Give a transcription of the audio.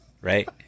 right